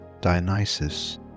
Dionysus